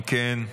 אם כן,